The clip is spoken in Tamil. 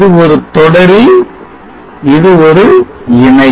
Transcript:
இது ஒரு தொடரி இது ஒரு இணை